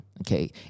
Okay